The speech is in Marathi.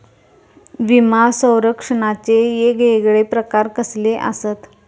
विमा सौरक्षणाचे येगयेगळे प्रकार कसले आसत?